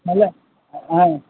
হ্যাঁ